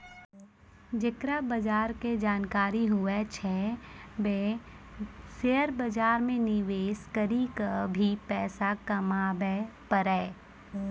जेकरा बजार के जानकारी हुवै छै वें शेयर बाजार मे निवेश करी क भी पैसा कमाबै पारै